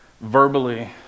verbally